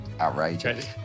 Outrageous